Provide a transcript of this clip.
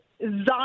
Zion